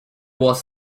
was